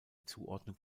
zuordnung